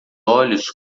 olhos